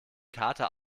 kater